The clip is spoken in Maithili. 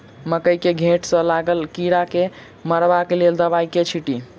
मकई केँ घेँट मे लागल कीड़ा केँ मारबाक लेल केँ दवाई केँ छीटि?